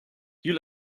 you